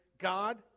God